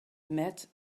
met